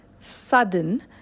sudden